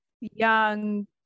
young